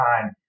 time